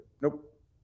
nope